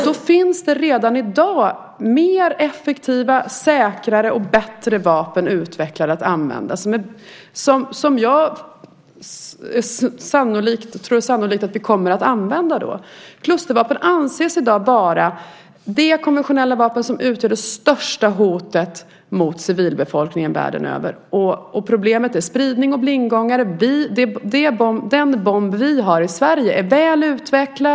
Det finns redan i dag mer effektiva, säkrare och bättre vapen utvecklade som jag tror att vi sannolikt kommer att använda då. Klustervapen anses i dag vara det konventionella vapen som utgör det största hotet mot civilbefolkningen världen över. Problemet är spridning och blindgångare. Den bomb vi har i Sverige är väl utvecklad.